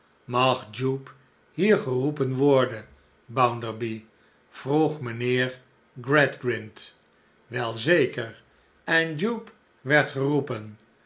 mag jupe hier geroepen worden bounderby vroeg mijnheer gradgrind wel zeker en jupe werd geroepen